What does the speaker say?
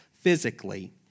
physically